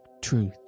truth